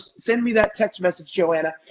send me that text message jo anna,